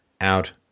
out